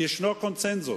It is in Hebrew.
כי ישנו קונסנזוס